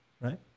right